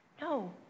No